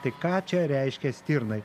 tai ką čia reiškia stirnai